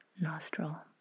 nostril